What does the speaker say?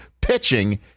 pitching